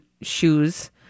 shoes